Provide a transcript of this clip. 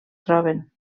troben